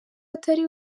atari